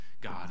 God